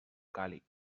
càlig